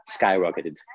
skyrocketed